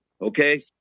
Okay